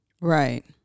right